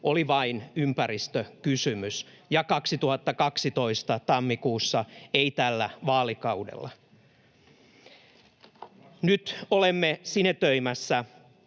oli ”vain ympäristökysymys”, ja 2022 tammikuussa ”ei tällä vaalikaudella”. Nyt olemme sinetöimässä